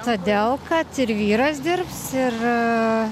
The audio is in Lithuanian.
todėl kad ir vyras dirbs ir